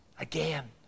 again